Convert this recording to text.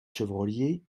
chevrollier